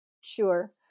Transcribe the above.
Sure